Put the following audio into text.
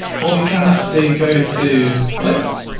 or we can actually go to clips,